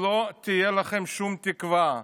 שלא תהיה לכם שום תקווה,